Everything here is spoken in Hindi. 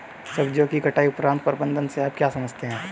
सब्जियों की कटाई उपरांत प्रबंधन से आप क्या समझते हैं?